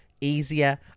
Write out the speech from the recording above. easier